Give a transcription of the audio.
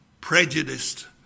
prejudiced